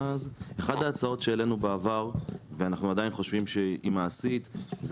אחת ההצעות שהעלינו בעבר ואנחנו עדיין חושבים שהיא מעשית זה